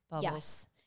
yes